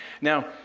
Now